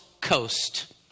coast